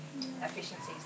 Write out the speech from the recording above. efficiencies